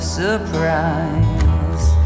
surprise